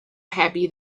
happy